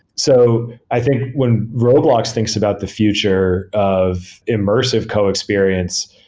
so i think when roblox thinks about the future of immersive co-experience,